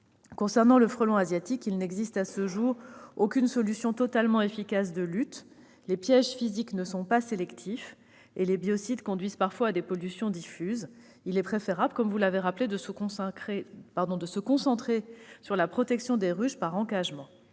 commission. À ce jour, il n'existe aucune solution totalement efficace de lutte contre le frelon asiatique. Les pièges physiques ne sont pas sélectifs et les biocides conduisent parfois à des pollutions diffuses. Il est préférable, comme vous l'avez rappelé, de se concentrer sur la protection des ruches par encagement.